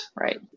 right